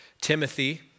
Timothy